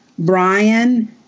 brian